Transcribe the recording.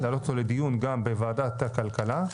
להעלות אותו לדיון גם בוועדת הכלכלה.